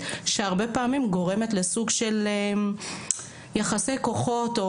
שהרבה פעמים גורמת לסוג של יחסי כוחות,